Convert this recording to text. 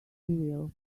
will